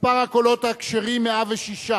מספר הקולות הכשרים, 106,